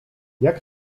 jak